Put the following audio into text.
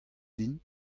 din